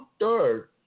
third